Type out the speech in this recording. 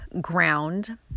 ground